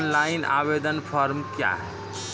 Online आवेदन form क्या हैं?